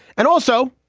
and also,